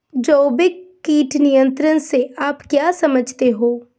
जैविक कीट नियंत्रण से आप क्या समझते हैं?